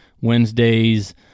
Wednesdays